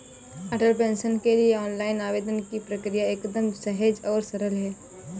अटल pension के लिए online आवेदन की प्रक्रिया एकदम सहज और सरल है